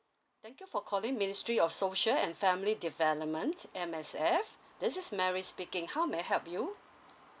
thank you for calling ministry of social and family development M_S_F this is mary speaking how may I help you